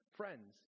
friends